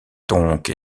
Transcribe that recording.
donc